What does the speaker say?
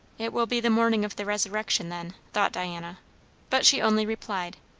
it will be the morning of the resurrection, then, thought diana but she only replied,